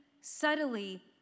subtly